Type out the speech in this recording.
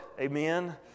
Amen